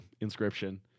inscription